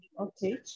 Okay